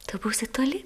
tu būsi toli